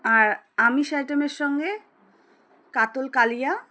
আর আমিষ আইটেমের সঙ্গে কাতল কালিয়া